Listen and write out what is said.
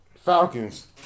Falcons